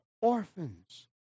orphans